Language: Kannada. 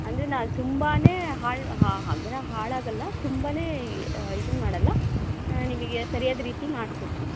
ಅಂದರೆ ನಾನು ತುಂಬಾ ಹಾಳು ಅಂದರೆ ಹಾಳಾಗೋಲ್ಲ ತುಂಬ ಇದನ್ ಮಾಡೋಲ್ಲ ನಿಮಗೆ ಸರ್ಯಾದ ರೀತಿ ಮಾಡ್ಕೊಡ್ತೀವಿ